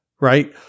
Right